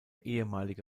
ehemalige